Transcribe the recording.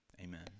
Amen